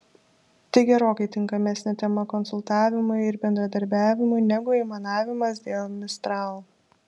tai gerokai tinkamesnė tema konsultavimui ir bendradarbiavimui negu aimanavimas dėl mistral